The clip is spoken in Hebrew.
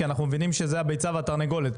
כי אנחנו מבינים שזה הביצה והתרנגולת,